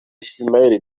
ismaila